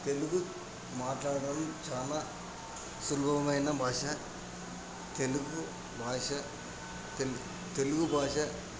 తెలుగు మాట్లాడడం చాలా సులభమైన భాష తెలుగు భాష తెలుగు భాష